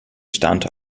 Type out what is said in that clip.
stand